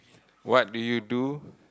what do you do